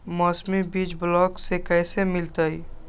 मौसमी बीज ब्लॉक से कैसे मिलताई?